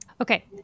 Okay